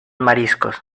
mariscos